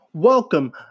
Welcome